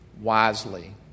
wisely